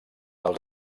els